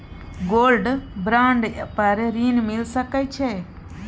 Gold bond पर ऋण मिल सके छै?